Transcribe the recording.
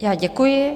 Já děkuji.